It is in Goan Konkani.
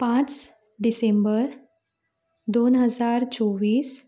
पांच डिसेंबर दोन हजार चोव्वीस